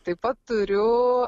taip pat turiu